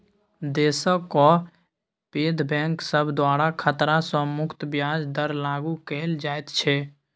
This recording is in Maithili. देशक पैघ बैंक सब द्वारा खतरा सँ मुक्त ब्याज दर लागु कएल जाइत छै